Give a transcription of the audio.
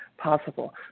possible